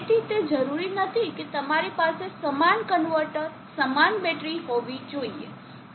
તેથી તે જરૂરી નથી કે તમારી પાસે સમાન કન્વર્ટર સમાન બેટરી હોવી જોઈએ